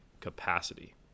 capacity